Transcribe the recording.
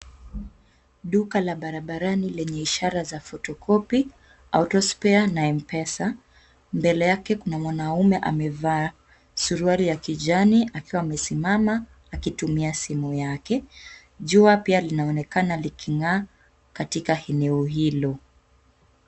Duka la barabarani lenye ishara za photocopy, auto spare na mpesa, mbele yake kuna mwanaume amevaa suruali ya kijani akiwa amesimama akitumia simu yake, jua pia linaonekana liking'aa katika eneo hilo.